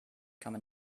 kann